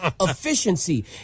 efficiency